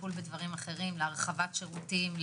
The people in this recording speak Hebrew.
לטיפול בדברים אחרים - להרחבת שירותים?